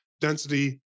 density